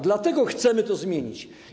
Dlatego chcemy to zmienić.